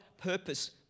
purpose